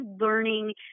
learning